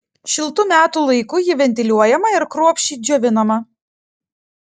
šiltu metų laiku ji ventiliuojama ir kruopščiai džiovinama